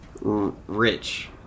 Rich